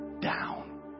down